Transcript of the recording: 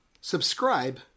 subscribe